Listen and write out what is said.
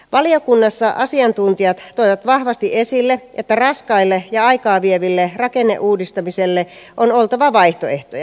valiokunnassa asiantuntijat toivat vahvasti esille että raskaalle ja aikaa vievälle rakenneuudistamiselle on oltava vaihtoehtoja